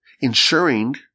ensuring